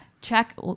Check